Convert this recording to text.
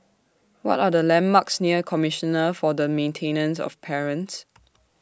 What Are The landmarks near Commissioner For The Maintenance of Parents